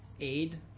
aid